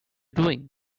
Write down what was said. doing